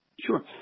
Sure